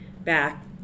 back